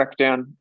crackdown